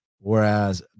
whereas